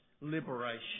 liberation